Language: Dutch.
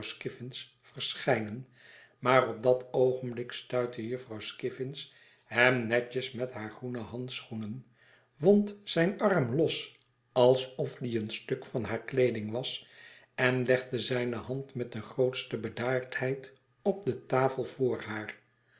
verschijnen maar op dat oogenblik stuitte jufvrouw skiffins hem netjes met haargroenen handschoen wond zijn arm los alsof die een stuk van hare kleeding was en legde zijne hand met de grootste bedaardheid op de tafel voor haar